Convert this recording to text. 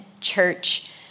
church